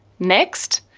next,